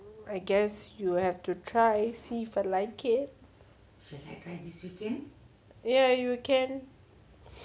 I guess you have to try see for if I like it ya you can